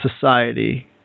society